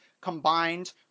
combined